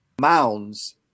mounds